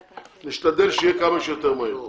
נשתדל שיהיה כמה שיותר מהר.